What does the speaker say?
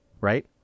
Right